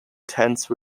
tense